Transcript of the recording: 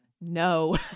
no